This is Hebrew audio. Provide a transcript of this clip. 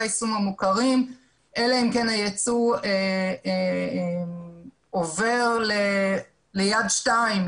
היישום המוכרים אלא אם כן היצוא עובר ליד 2,